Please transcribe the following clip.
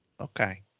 okay